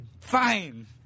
fine